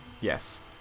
yes